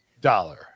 dollar